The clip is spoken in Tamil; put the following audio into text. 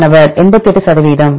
மாணவர் 88 சதவீதம்